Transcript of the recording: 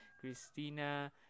Christina